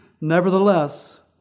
Nevertheless